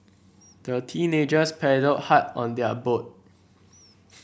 the teenagers paddled hard on their boat